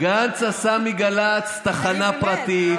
גנץ עשה מגל"צ תחנה פרטית.